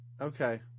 Okay